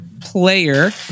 player